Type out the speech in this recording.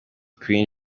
queen